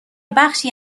بخشی